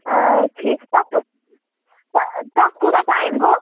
آ ٹھیٖک تَتھ آ تَتھ کوٗتاہ ٹایِم گوٚو